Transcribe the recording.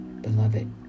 beloved